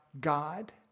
God